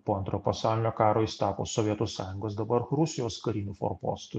po antro pasaulinio karo jis tapo sovietų sąjungos dabar rusijos kariniu forpostu